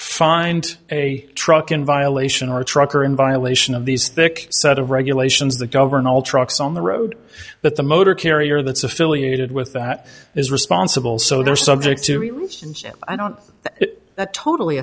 find a truck in violation or a trucker in violation of these thick set of regulations that govern all trucks on the road that the motor carrier that's affiliated with that is responsible so they're subject to remove since i don't that totally